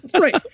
Right